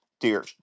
dear